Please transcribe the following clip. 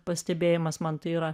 pastebėjimas man tai yra